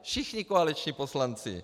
Všichni koaliční poslanci.